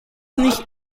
nicht